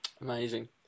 amazing